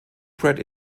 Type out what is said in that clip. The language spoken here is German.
pratt